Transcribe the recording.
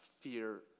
fear